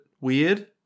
weird